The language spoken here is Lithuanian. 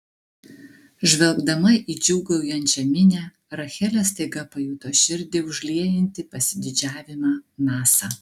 žvelgdama į džiūgaujančią minią rachelė staiga pajuto širdį užliejantį pasididžiavimą nasa